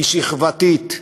היא שכבתית,